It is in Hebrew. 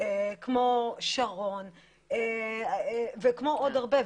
כמו שרון וכמו עוד הרבה.